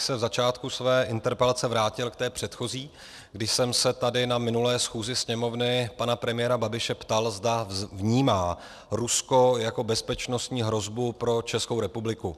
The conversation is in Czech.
V začátku své interpelace bych se vrátil k té předchozí, kdy jsem se tady na minulé schůzi Sněmovny pana premiéra Babiše ptal, zda vnímá Rusko jako bezpečnostní hrozbu pro Českou republiku.